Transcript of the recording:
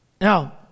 Now